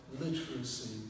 literacy